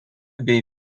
bei